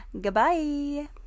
goodbye